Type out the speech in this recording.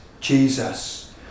Jesus